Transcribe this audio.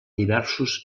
diversos